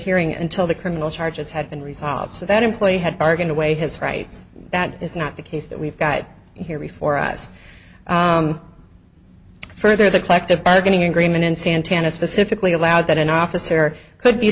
hearing until the criminal charges have been resolved so that employee had bargained away his rights that is not the case that we've got here before us further the collective bargaining agreement in santana specifically allowed that an officer could be